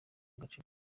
gace